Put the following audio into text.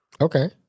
Okay